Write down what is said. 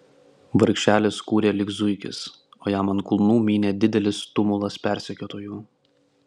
vargšelis kūrė lyg zuikis o jam ant kulnų mynė didelis tumulas persekiotojų